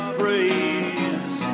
praise